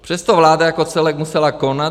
Přesto vláda jako celek musela konat.